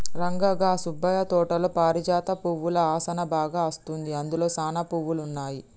రంగా గా సుబ్బయ్య తోటలో పారిజాత పువ్వుల ఆసనా బాగా అస్తుంది, అందులో సానా పువ్వులు ఉన్నాయి